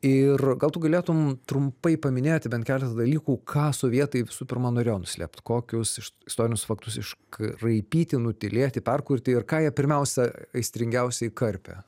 ir gal tu galėtum trumpai paminėti bent keletą dalykų ką sovietai visų pirma norėjo nuslėpt kokius iš istorinius faktus iškraipyti nutylėti perkurti ir ką jie pirmiausia aistringiausiai karpė